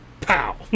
pow